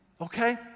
Okay